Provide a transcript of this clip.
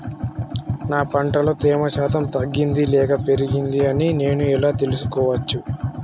నా పంట లో తేమ శాతం తగ్గింది లేక పెరిగింది అని నేను ఎలా తెలుసుకోవచ్చు?